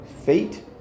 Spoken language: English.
Fate